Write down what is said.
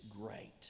great